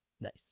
Nice